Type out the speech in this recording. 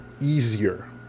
Easier